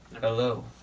Hello